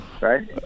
Right